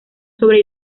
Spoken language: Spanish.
sobre